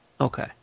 Okay